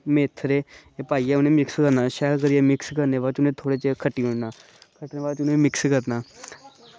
मेथरे एह् पाइयै मिक्स करना शैल करियै मिक्स करियै थोह्ड़े चिर उनेंगी मिक्स करना